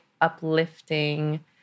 uplifting